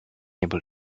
able